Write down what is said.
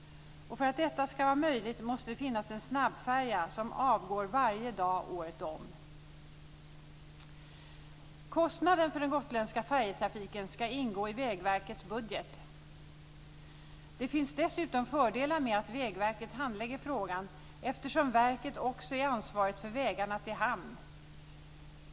För att detta ska vara möjligt måste det finnas en snabbfärja som avgår varje dag året om. Kostnaden för den gotländska färjetrafiken ska ingå i Vägverkets budget. Det finns dessutom fördelar med att Vägverket handlägger frågan, eftersom verket också är ansvarigt för vägarna till hamn.